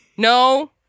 No